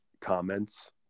comments